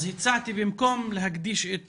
אז הצעתי במקום להקדיש את